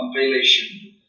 compilation